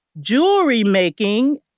jewelry-making